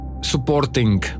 supporting